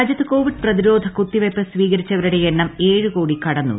രാജ്യത്ത് കോവിഡ് പ്രതിരോധ കുത്തിവയ്പ്പ് ന് സ്വീകരിച്ചവരുടെ എണ്ണം ഏഴ് കോടി കടന്നു